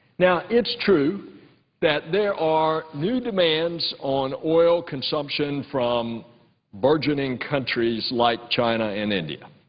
now, it's true that there are new demands on oil consumption from burgeoning countries like china and india